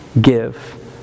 Give